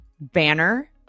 Banner